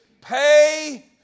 pay